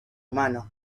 humano